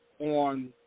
on